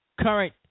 current